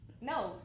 No